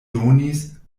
donis